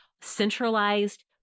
centralized